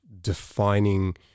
defining